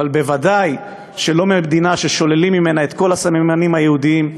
אבל בוודאי לא מדינה ששוללים ממנה את כל הסממנים היהודיים.